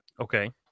Okay